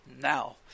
now